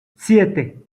siete